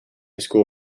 school